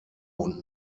und